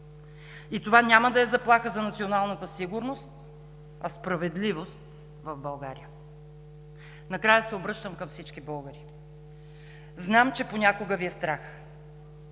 и това няма да е заплаха за националната сигурност, а справедливост в България. Накрая се обръщам към всички българи: знам, че понякога Ви е страх,